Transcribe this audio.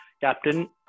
captain